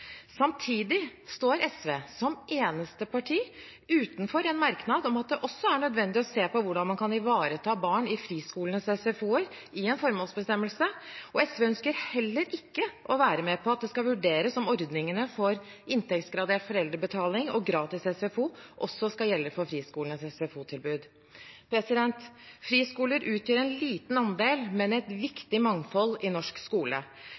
Samtidig står SV, som eneste parti, utenfor en merknad om at det også er nødvendig å se på hvordan man kan ivareta barn i friskolenes SFO-er i en formålsbestemmelse. SV ønsker heller ikke å være med på at det skal vurderes om ordningene for inntektsgradert foreldrebetaling og gratis SFO også skal gjelde for friskolenes SFO-tilbud. Friskoler utgjør en liten andel, men et viktig mangfold i norsk skole.